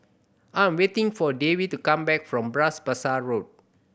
I'm waiting for Davie to come back from Bras Basah Road